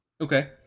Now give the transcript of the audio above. Okay